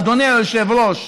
אדוני היושב-ראש,